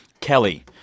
Kelly